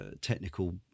technical